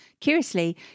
Curiously